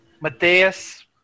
Mateus